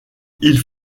ils